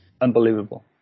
unbelievable